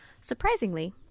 surprisingly